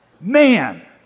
man